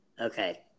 Okay